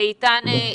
תודה רבה.